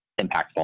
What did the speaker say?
impactful